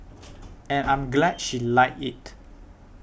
and I'm glad she liked it